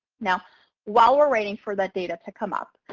now while we're waiting for that data to come up,